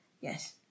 Yes